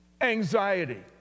anxiety